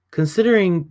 considering